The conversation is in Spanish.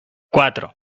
cuatro